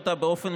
נוכח גלעד קריב,